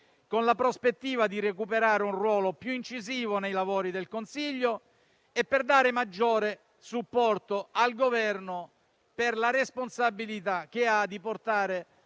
con la prospettiva di recuperare un ruolo più incisivo nei lavori del Consiglio e per dare maggiore supporto al Governo per la responsabilità che ha di portare